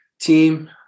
Team